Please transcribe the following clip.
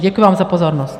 Děkuji vám za pozornost.